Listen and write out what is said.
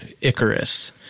Icarus